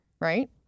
right